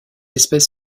espèce